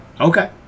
Okay